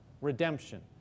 redemption